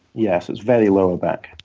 yeah, so it's very lower back.